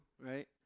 right